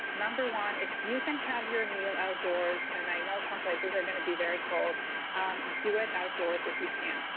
number one, if you can have your meal outdoors and i know some places are going to be very cold do it outdoors if you can.